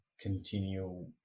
continue